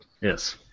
Yes